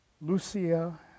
Lucia